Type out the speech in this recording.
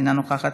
אינה נוכחת,